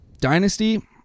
Dynasty